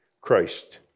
Christ